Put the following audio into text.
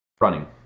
Running